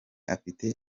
afite